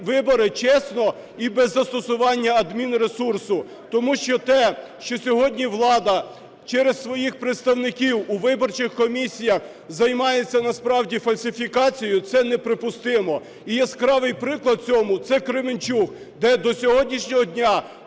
вибори чесно і без застосування адмінресурсу. Тому що те, що сьогодні влада через своїх представників у виборчих комісіях займається насправді фальсифікацією, це неприпустимо. І яскравий приклад цьому – це Кременчук, де до сьогоднішнього дня